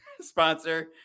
sponsor